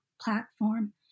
platform